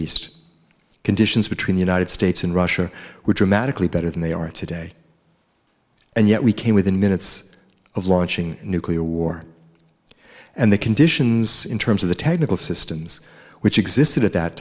east conditions between the united states and russia were dramatically better than they are today and yet we came within minutes of launching a nuclear war and the conditions in terms of the technical systems which existed at that